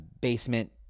Basement